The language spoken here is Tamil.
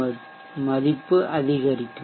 மதிப்பு அதிகரிக்கும்